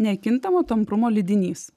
nekintamo tamprumo lydinys